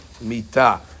mita